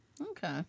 Okay